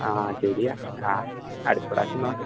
ആ ശെരിയാ ആ അടുത്ത പ്രാശ്യം നോക്കാം